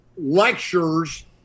lectures